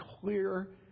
clear